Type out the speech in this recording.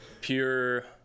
Pure